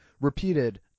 repeated